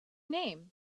name